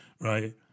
right